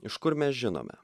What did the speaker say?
iš kur mes žinome